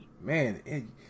man